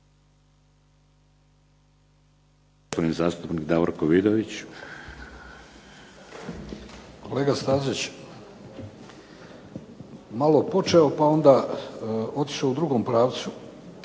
**Vidović, Davorko (SDP)** Kolega Stazić malo je počeo pa onda otišao u drugom pravcu